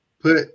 put